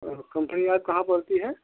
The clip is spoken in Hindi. ओहो कंट्री आप कहाँ पड़ती है